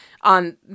on